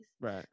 right